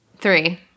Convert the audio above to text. Three